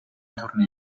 tournée